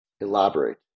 elaborate